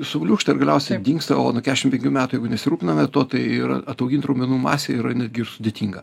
subliūkšta ir galiausiai dingsta o nuo kešim penkių metų jeigu nesirūpiname tuo tai ir ataugint raumenų masę yra netgi ir sudėtinga